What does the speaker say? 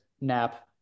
nap